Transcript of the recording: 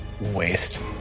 Waste